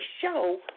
show